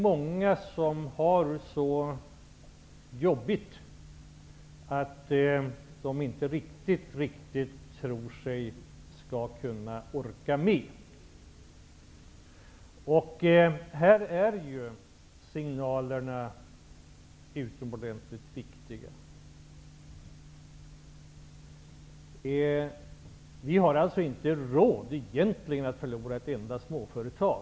Många har det så jobbigt att de inte tror sig kunna riktigt orka med. Signalerna är ju utomordentligt viktiga. Vi har egentligen inte råd att förlora ett enda litet företag.